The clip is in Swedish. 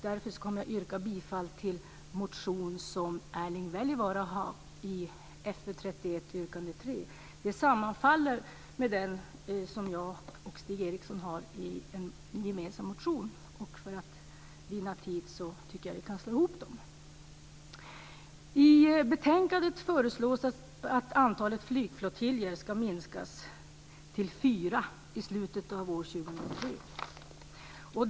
Därför kommer jag att yrka bifall till en motion av Erling Wälivaara, Fö31, yrkande 3. Den sammanfaller med den motion som jag och Stig Eriksson gemensamt har väckt, och för att vinna tid tycker jag att vi kan slå ihop dem. I betänkandet föreslås att antalet flygflottiljer ska minskas till fyra i slutet av år 2003.